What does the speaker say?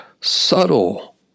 Subtle